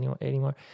anymore